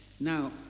Now